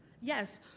Yes